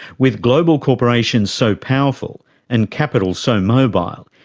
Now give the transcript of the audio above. with global corporations so powerful and capital so mobile,